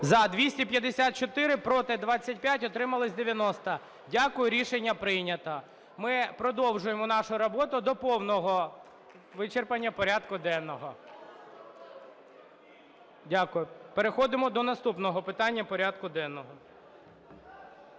За-254 Проти – 25. Утримались – 90. Дякую. Рішення прийнято. Ми продовжуємо нашу роботу до повного вичерпання порядку денного. Дякую. Переходимо до наступного питання порядку денного.